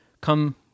come